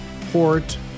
Port